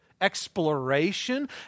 exploration